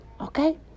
Okay